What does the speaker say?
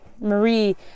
Marie